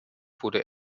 wurde